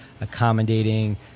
accommodating